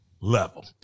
level